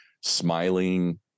smiling